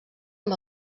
amb